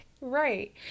Right